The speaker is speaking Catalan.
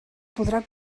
podrà